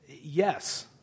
Yes